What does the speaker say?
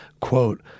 Quote